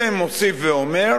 ומוסיף ואומר: